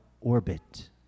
orbit